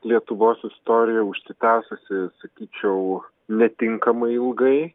lietuvos istorija užsitęsusi sakyčiau netinkamai ilgai